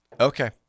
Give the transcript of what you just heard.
Okay